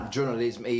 Journalism